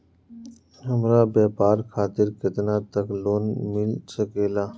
हमरा व्यापार खातिर केतना तक लोन मिल सकेला?